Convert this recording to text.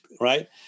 right